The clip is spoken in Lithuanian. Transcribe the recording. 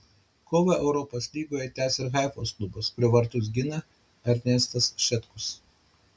kovą europos lygoje tęs ir haifos klubas kurio vartus gina ernestas šetkus